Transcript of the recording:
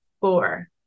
four